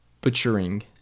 butchering